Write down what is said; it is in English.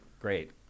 Great